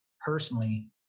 personally